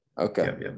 Okay